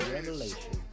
Revelation